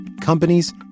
companies